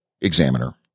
examiner